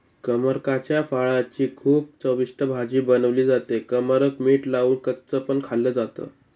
कमरकाच्या फळाची खूप चविष्ट भाजी बनवली जाते, कमरक मीठ लावून कच्च पण खाल्ल जात